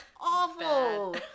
awful